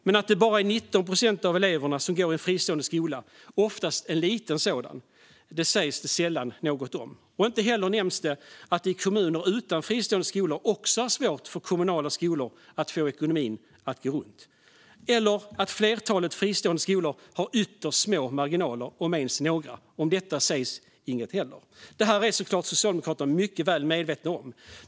Men att det bara är 19 procent av eleverna som går i en fristående skola, oftast en liten sådan, sägs det sällan något om. Inte heller nämns det att det också i kommuner utan fristående skolor är svårt för kommunala skolor att få ekonomin att gå runt - eller att flertalet fristående skolor har ytterst små marginaler, om ens några. Det här är Socialdemokraterna såklart mycket väl medvetna om.